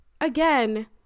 again